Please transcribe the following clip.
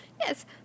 yes